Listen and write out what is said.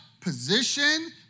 position